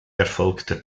erfolgter